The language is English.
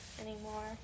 anymore